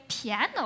piano